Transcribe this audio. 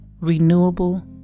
renewable